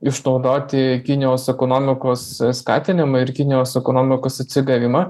išnaudoti kinijos ekonomikos skatinimą ir kinijos ekonomikos atsigavimą